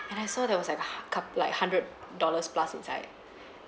and I saw there was like h~ cup like hundred dollars plus inside